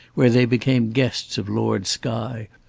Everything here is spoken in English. where they became guests of lord skye,